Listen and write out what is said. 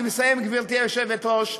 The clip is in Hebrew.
אני מסיים, גברתי היושבת-ראש.